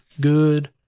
good